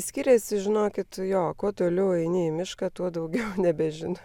skiriasi žinokit jo kuo toliau eini į mišką tuo daugiau nebežin